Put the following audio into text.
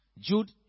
Jude